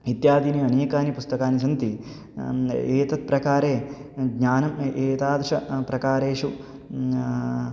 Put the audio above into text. इत्यादीनि अनेकानि पुस्तकानि सन्ति एतत् प्रकारे ज्ञानम् एतादृश प्रकारेषु